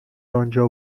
آنجا